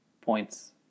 points